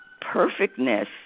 perfectness